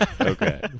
Okay